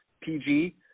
PG